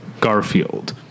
Garfield